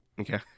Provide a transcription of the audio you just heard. Okay